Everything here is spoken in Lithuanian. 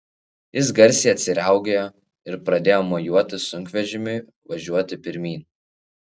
jis garsiai atsiraugėjo ir pradėjo mojuoti sunkvežimiui važiuoti pirmyn